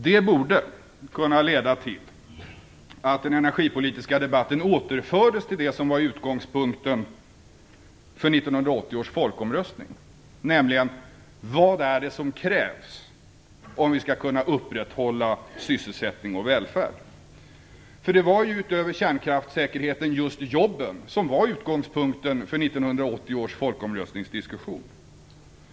Det borde kunna leda till att den energipolitiska debatten återfördes till det som var utgångspunkten för 1980 års folkomröstning, nämligen vad det är som krävs om vi skall kunna upprätthålla sysselsättning och välfärd. För det var ju, utöver kärnkraftssäkerheten, just jobben som var utgångspunkten för 1980 års folkomröstningsdiskussion.